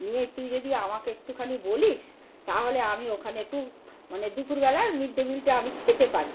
নিয়ে তুই যদি আমাকে একটুখানি বলিস তাহলে আমি ওখানে একটু মানে দুপুর বেলার মিড ডে মিলটা আমি খেতে পারি